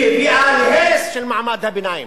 היא הביאה להרס של מעמד הביניים,